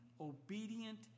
obedient